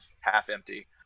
half-empty